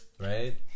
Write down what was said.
right